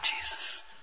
Jesus